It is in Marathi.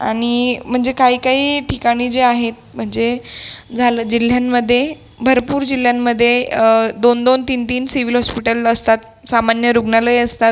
आणि म्हणजे काही काही ठिकाणी जे आहेत म्हणजे झालं जिल्ह्यांमध्ये भरपूर जिल्ह्यांमध्ये दोन दोन तीन तीन सिव्हिल हॉस्पिटल असतात सामान्य रुग्णालयं असतात